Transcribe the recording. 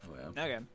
okay